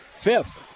Fifth